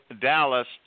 Dallas